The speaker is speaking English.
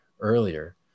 earlier